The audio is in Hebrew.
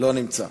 לא נמצא,